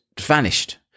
vanished